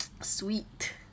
sweet